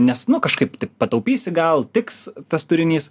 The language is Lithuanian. nes nu kažkaip taip pataupysi gal tiks tas turinys